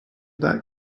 that